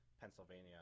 Pennsylvania